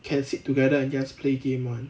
can sit together and just play game [one]